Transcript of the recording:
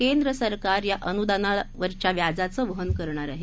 केंद्रसरकार या अनुदानावरील व्याजाचं वहन करणार आहे